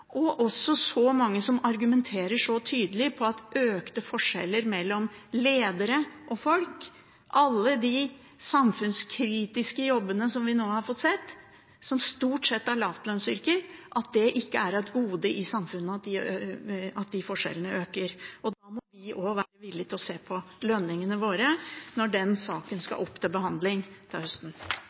og når det er så mange som argumenterer så tydelig for at økte forskjeller mellom ledere og folk som har alle de samfunnskritiske jobbene som vi nå har sett, som stort sett er lavlønnsyrker, ikke er et gode for samfunnet. Da må vi også være villige til å se på lønningene våre når den saken skal opp til behandling til høsten.